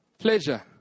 Pleasure